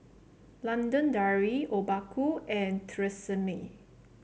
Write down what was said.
London Dairy Obaku and Tresemme